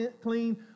clean